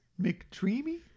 McDreamy